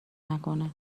نکنه